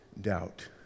doubt